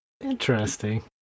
Interesting